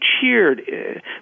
cheered